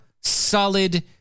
solid